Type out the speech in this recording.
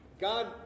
God